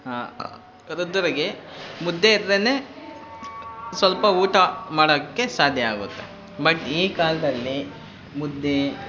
ವೃದ್ಧರಿಗೆ ಮುದ್ದೆ ಇದ್ದರೆ ಸ್ವಲ್ಪ ಊಟ ಮಾಡೊಕ್ಕೆ ಸಾಧ್ಯ ಆಗುತ್ತೆ ಬಟ್ ಈ ಕಾಲದಲ್ಲಿ ಮುದ್ದೆ